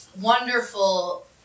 wonderful